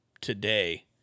today